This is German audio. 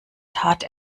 tat